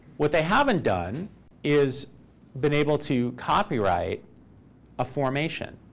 what they haven't done is been able to copyright a formation,